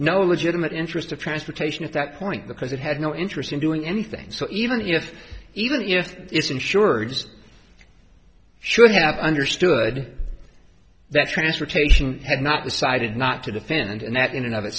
no legitimate interest of transportation at that point because it had no interest in doing anything so even if even if it's insured just should have understood that transportation had not decided not to defend and that in an